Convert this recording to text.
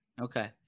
Okay